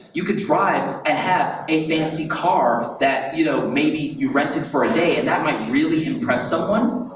you could drive and have a fancy car that you know maybe you rented for a day, and that might really impress someone,